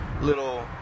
little